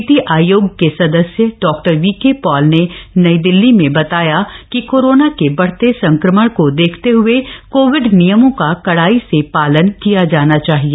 नीति आयोग के सदस्य डॉक्टर वी॰ के॰ पॉल ने नई दिल्ली में बताया कि कोरोना के बढते संक्रमण को देखते हए कोविड नियमों का कड़ाई से पालन किया जाना चाहिए